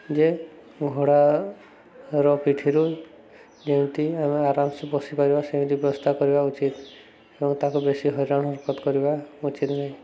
ଯେ ଘୋଡ଼ାର ପିଠିରୁ ଯେମିତି ଆମେ ଆରାମସେ ବସିିପାରିବା ସେମିତି ବ୍ୟବସ୍ଥା କରିବା ଉଚିତ୍ ଏବଂ ତାକୁ ବେଶୀ ହଇରାଣ ଉତପାତ କରିବା ଉଚିତ୍ ନୁହେଁ